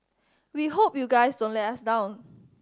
we hope you guys don't let us down